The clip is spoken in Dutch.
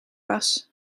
was